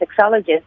sexologist